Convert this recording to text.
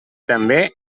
també